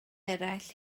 eraill